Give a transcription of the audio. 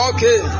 Okay